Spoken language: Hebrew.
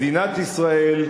מדינת ישראל,